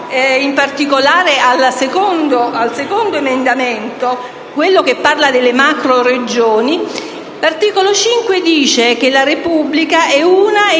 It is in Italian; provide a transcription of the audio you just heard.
Grazie